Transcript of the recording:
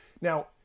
Now